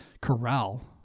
corral